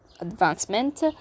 advancement